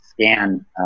scan